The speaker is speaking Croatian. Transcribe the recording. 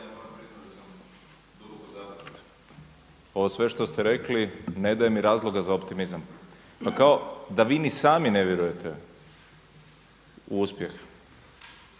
naknadno uključen./… Ovo sve što ste rekli ne daje mi razloga za optimizam. Pa kao da vi ni sami ne vjerujte u uspjeh.